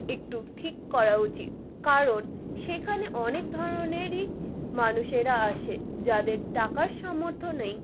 একটু ঠিক করা উচিত কারণ সেখানে অনেক ধরনেরই মানুষেরা আসে যাদের টাকার সামর্থ্য নেই